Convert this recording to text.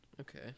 Okay